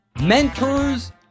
Mentors